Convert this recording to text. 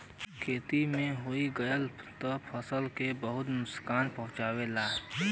खेते में होई गयल त फसल के बहुते नुकसान पहुंचावेला